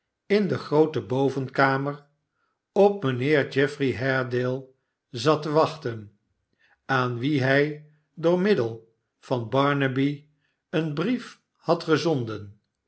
in de groote bovenkamer op mijnheer eoiirey haredale zat te wachten aan wien hij door middel van mhh een bnef had gezonden